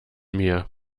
mir